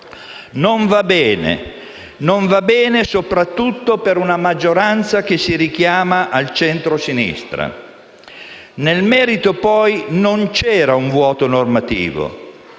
giorno dopo. Non va bene. Soprattutto per una maggioranza che si richiama al centrosinistra. Nel merito, poi, non c'era un vuoto normativo.